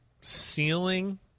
ceiling